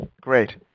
Great